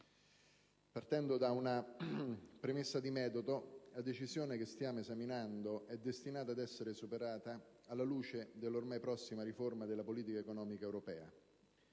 partiamo da una premessa di metodo: la Decisione che stiamo esaminando è destinata ad essere superata alla luce della ormai prossima riforma della politica economica europea,